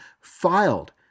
filed